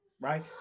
right